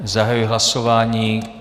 Zahajuji hlasování.